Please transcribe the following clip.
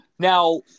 Now